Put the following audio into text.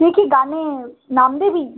দেখি গানে নাম দিবি